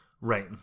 Right